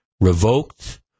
revoked